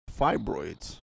fibroids